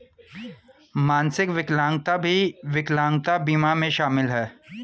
मानसिक विकलांगता भी विकलांगता बीमा में शामिल हैं